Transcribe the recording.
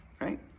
right